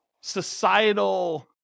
societal